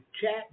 chat